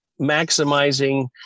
maximizing